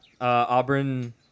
Auburn